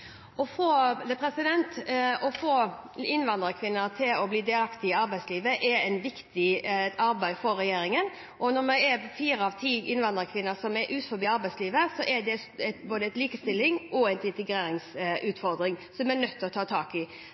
Å få innvandrerkvinner til å bli delaktige i arbeidslivet er et viktig arbeid for regjeringen, og når fire av ti innvandrerkvinner er utenfor arbeidslivet, er det både en likestillingsutfordring og en integreringsutfordring som vi er nødt til å ta tak i.